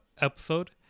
episode